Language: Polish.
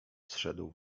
zszedł